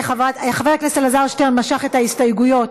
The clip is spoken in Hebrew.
חבר הכנסת אלעזר שטרן משך את ההסתייגויות